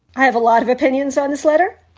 i have a lot of opinions on this letter,